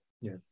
yes